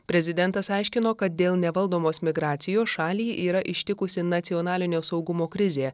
prezidentas aiškino kad dėl nevaldomos migracijos šalį yra ištikusi nacionalinio saugumo krizė